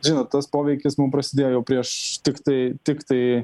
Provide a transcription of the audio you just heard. žinot tas poveikis mum prasidėjo jau prieš tiktai tiktai